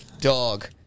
dog